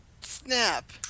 Snap